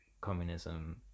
communism